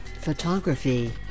photography